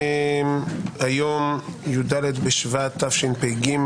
היום י"ד בשבט התשפ"ג.